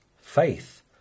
faith